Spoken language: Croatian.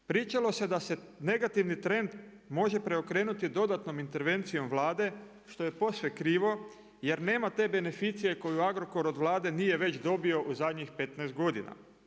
Pričalo se da se negativni trend može preokrenuti dodatnom intervencijom Vlade što je posve krivo jer nema te beneficije koju Agrokor od Vlade nije već dobio u zadnjih 15 godina.